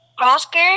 Oscar